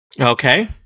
Okay